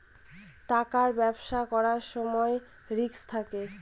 টাকার ব্যবসা করার সময় রিস্ক থাকে